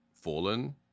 fallen